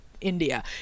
India